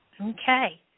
Okay